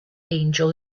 angel